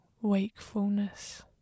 wakefulness